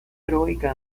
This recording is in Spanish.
heroica